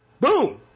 Boom